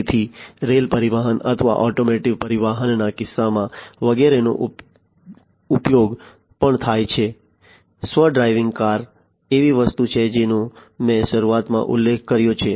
તેથી રેલ પરિવહન અથવા ઓટોમોટિવ પરિવહનના કિસ્સામાં વગેરેનો ઉપયોગ પણ થાય છે સ્વ ડ્રાઇવિંગ કાર એવી વસ્તુ છે જેનો મેં શરૂઆતમાં ઉલ્લેખ કર્યો છે